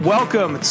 Welcome